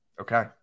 Okay